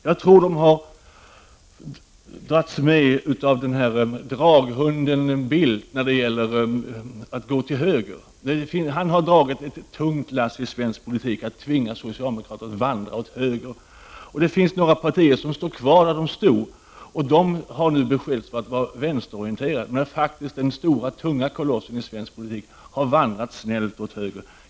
Jag tror att socialdemokraterna har lockats med av draghunden Bildt när det gäller att gå åt höger. Han har dragit ett tungt lass i svensk politik genom att tvinga socialdemokraterna att vandra åt höger. Några partier står kvar där de har stått. De har nu beskyllts för att vara vänsterorienterade. Men den stora och tunga kolossen i svensk politik har faktiskt snällt vandrat åt höger.